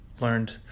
learned